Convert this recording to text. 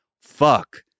fuck